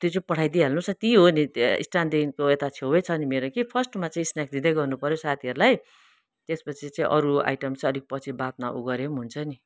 त्यो चाहिँ पठाइदिहाल्नुस् न त्यहीँ हो त्यहाँ स्टान्डदेखिको यता छेवै छ नि मेरो कि फर्स्टमा चाहिँ स्न्याक दिँदै गर्नुपर्यो साथीहरूलाई त्यसपछि चाहिँ अरू आइटम चाहिँ अलि पछि बादमा उ गरे पनि हुन्छ नि